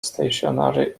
stationary